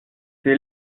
des